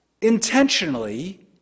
intentionally